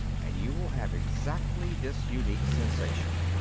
and you will have exactly this unique sensation.